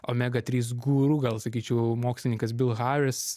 omega trys guru gal sakyčiau mokslininkas bil haris